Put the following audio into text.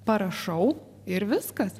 parašau ir viskas